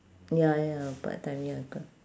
ya ya part time ya co~